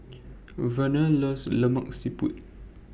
Verner loves Lemak Siput